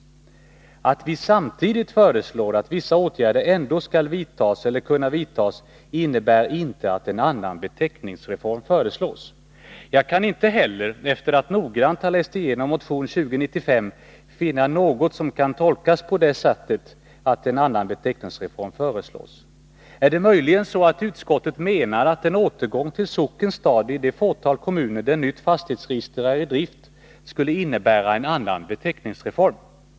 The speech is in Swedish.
Det förhållandet att vi samtidigt föreslår att vissa åtgärder ändå skall vidtas eller kunna vidtas innebär inte att en annan beteckningsreform föreslås. Jag kan inte heller, efter att noggrant ha läst igenom motion 2095, finna något som kan tolkas på det sättet att en annan beteckningsreform föreslås där. Är det möjligen så att utskottet menar att en återgång till socken/stad i det fåtal kommuner där nytt fastighetsregister är i drift, skulle innebära en annan beteckningsreform?